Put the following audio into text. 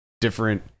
different